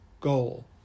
goal